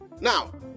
Now